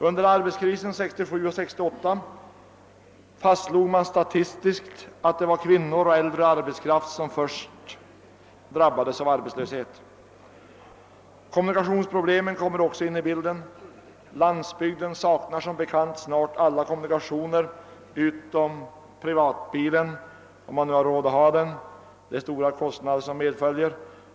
Under arbetslöshetskrisen 1967—1968 fastslog man statistiskt att det var kvinnor och äldre som först drabbades av arbetslöshet. - Kommunikationsproblemen kommer också in i bilden. Landsbygden saknar som bekant snart alla kommunikationer utom privatbilen, för dem som har råd att ha den; det är stora kostnader som medföljer.